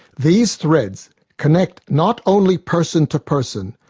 these threads connect not only person to person,